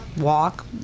walk